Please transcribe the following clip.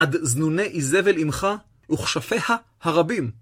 עד זנוני איזבל אמך וכשפיה הרבים.